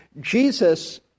Jesus